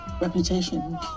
reputation